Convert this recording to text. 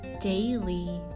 daily